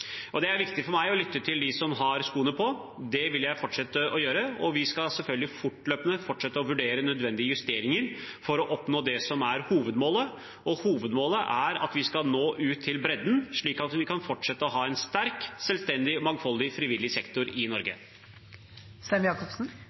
Det er viktig for meg å lytte til dem som har skoene på, det vil jeg fortsette å gjøre. Vi skal selvfølgelig fortløpende fortsette å vurdere nødvendige justeringer for å oppnå det som er hovedmålet, som er at vi skal nå ut til bredden, slik at vi kan fortsette å ha en sterk, selvstendig og mangfoldig frivillig sektor i